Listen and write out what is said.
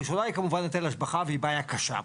הראשונה היא כמובן היטל השבחה, והיא בעיה קשה פה.